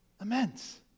Immense